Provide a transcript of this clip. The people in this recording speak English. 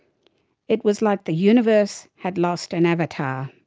it was like the universe had lost an avatar,